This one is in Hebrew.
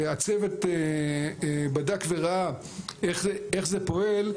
שהצוות בדק וראה איך זה פועל,